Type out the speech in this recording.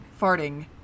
farting